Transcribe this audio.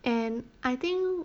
and I think